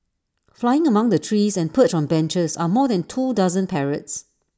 flying among the trees and perched on benches are more than two dozen parrots